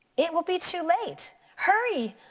it will be too late, hurry!